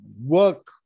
work